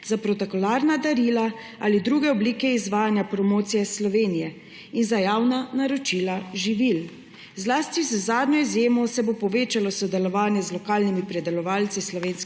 za protokolarna darila ali druge oblike izvajanja promocije Slovenije in za javna naročila živil. Zlasti z zadnjo izjemo se bo povečalo sodelovanje z lokalnimi pridelovalci slovenske